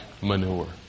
manure